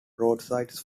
roadsides